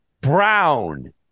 brown